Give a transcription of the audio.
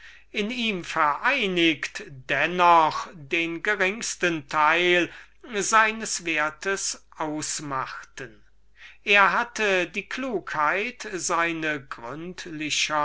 in ihm vereinigt dennoch den geringsten teil seines wertes ausmachten er hatte die klugheit anfänglich seine gründlichere